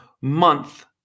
month